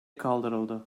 kaldırıldı